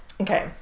Okay